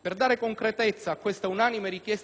Per dare concretezza a questa unanime richiesta di cambiamento